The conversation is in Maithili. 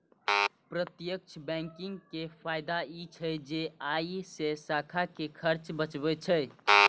प्रत्यक्ष बैंकिंग के फायदा ई छै जे अय से शाखा के खर्च बचै छै